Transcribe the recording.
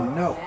no